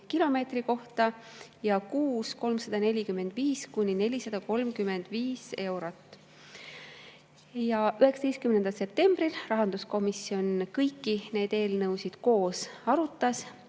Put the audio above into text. kilomeetri kohta ja 345–435 eurot kuus. Ja 19. septembril rahanduskomisjon kõiki neid eelnõusid koos arutas.